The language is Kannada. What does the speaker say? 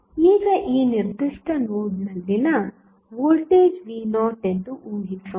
ಈಗ ಈ ನಿರ್ದಿಷ್ಟ ನೋಡ್ನಲ್ಲಿನ ವೋಲ್ಟೇಜ್v0 ಎಂದು ಊಹಿಸೋಣ